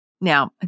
Now